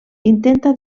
intenta